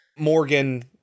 Morgan